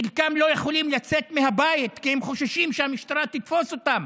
חלקם לא יכולים לצאת מהבית כי הם חוששים שהמשטרה תתפוס אותם.